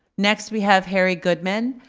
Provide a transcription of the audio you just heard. next we have harry goodman.